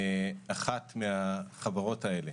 אחת מהחברות האלה